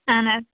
اَہَن حظ